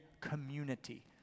community